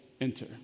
enter